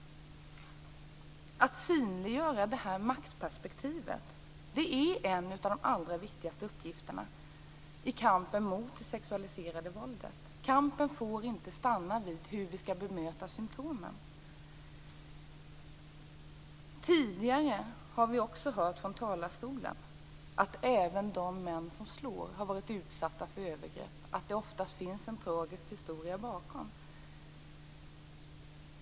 Att synliggöra det här maktperspektivet är en av de allra viktigaste uppgifterna i kampen mot det sexualiserade våldet. Kampen får inte stanna vid hur vi skall bemöta symtomen. Tidigare har vi hört från talarstolen att även de män som slår har varit utsatta för övergrepp, att det oftast finns en tragisk historia bakom.